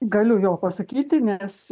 galiu jo pasakyti nes